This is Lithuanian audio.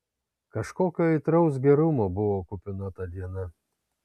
kažkokio aitraus gerumo buvo kupina ta diena